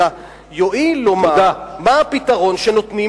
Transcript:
אלא יואיל לומר מה הפתרון שנותנים